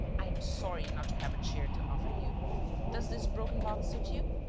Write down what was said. i am sorry not to have a chair to offer you. does this broken box suit you?